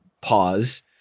pause